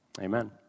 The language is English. Amen